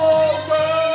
over